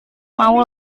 mau